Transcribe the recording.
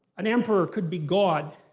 an emperor could be god,